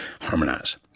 harmonize